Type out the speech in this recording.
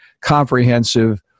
comprehensive